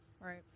Right